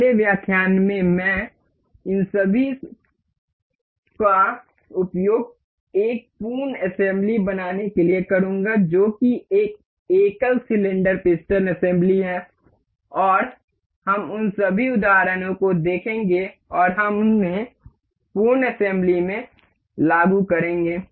अगले व्याख्यान में मैं इन सभी सभाओं का उपयोग एक पूर्ण असेम्बली बनाने के लिए करूँगा जो कि एकल सिलेंडर पिस्टन असेंबली है और हम उन सभी उदाहरणों को देखेंगे और हम उन्हें पूर्ण असेम्बली में लागू करेंगे